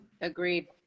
Agreed